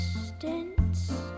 distance